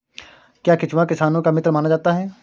क्या केंचुआ किसानों का मित्र माना जाता है?